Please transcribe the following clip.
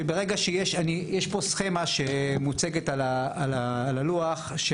פה סכימה שמוצגת על הלוח,